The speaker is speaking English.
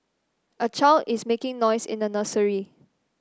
a child is making noise in a nursery